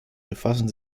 befassen